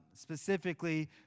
specifically